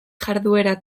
jarduera